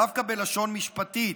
דווקא בלשון משפטית: